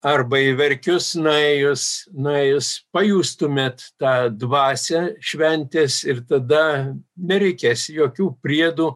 arba į verkius nuėjus nuėjus pajustumėt tą dvasią šventės ir tada nereikės jokių priedų